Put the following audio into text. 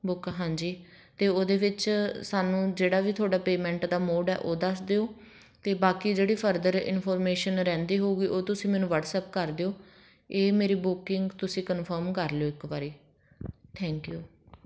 book ਹਾਂਜੀ ਅਤੇ ਉਹਦੇ ਵਿੱਚ ਸਾਨੂੰ ਜਿਹੜਾ ਵੀ ਤੁਹਾਡਾ ਪੇਮੈਂਟ ਦਾ ਮੋਡ ਹੈ ਉਹ ਦੱਸ ਦਿਓ ਅਤੇ ਬਾਕੀ ਜਿਹੜੀ ਫਰਦਰ ਇਨਫੋਰਮੇਸ਼ਨ ਰਹਿੰਦੀ ਹੋਵੇਗੀ ਉਹ ਤੁਸੀਂ ਮੈਨੂੰ ਵਟਸਐਪ ਕਰ ਦਿਓ ਇਹ ਮੇਰੀ ਬੁਕਿੰਗ ਤੁਸੀਂ ਕਨਫਰਮ ਕਰ ਲਿਓ ਇੱਕ ਵਾਰੀ ਥੈਂਕ ਯੂ